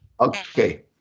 Okay